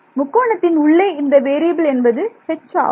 முக்கோணத்தின் உள்ளே இந்த வேறியபில் என்பது 'H' ஆகும்